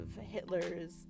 Hitler's